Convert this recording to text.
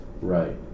Right